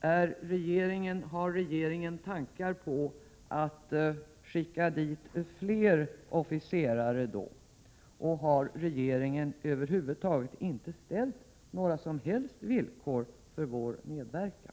Har regeringen några tankar på att skicka dit fler officerare då? Och har regeringen inte ställt några som helst villkor för vår medverkan?